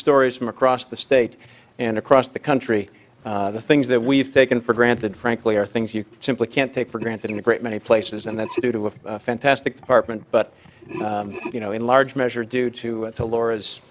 stories from across the state and across the country the things that we've taken for granted frankly are things you simply can't take for granted in a great many places and that's due to a fantastic department but you know in large measure due to laura's